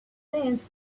since